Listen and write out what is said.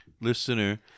Listener